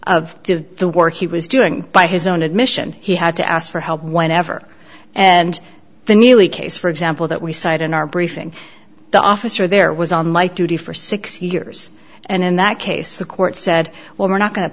of the work he was doing by his own admission he had to ask for help whenever and the neely case for example that we cited in our briefing the officer there was on mike duty for six years and in that case the court said well we're not going to